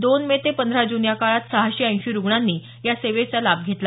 दोन मे ते पंधरा जून या काळात सहाशे ऐंशी रुग्णांनी या सेवेचा लाभ घेतला